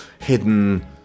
hidden